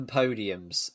podiums